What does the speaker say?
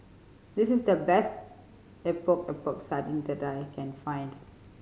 this is the best Epok Epok Sardin that I can find